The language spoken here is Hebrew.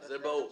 זה ברור.